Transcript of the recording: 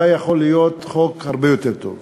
היה יכול להיות חוק הרבה יותר טוב.